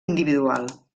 individual